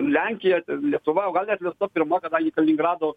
lenkija lietuva o gal net lietuva pirma kadangi kaliningrado